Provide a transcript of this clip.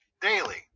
daily